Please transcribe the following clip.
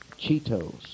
Cheetos